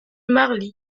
marly